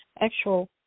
actual